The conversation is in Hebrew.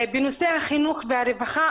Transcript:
בנושא החינוך והרווחה,